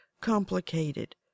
complicated